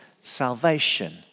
Salvation